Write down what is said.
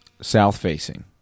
South-facing